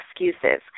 excuses